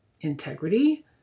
integrity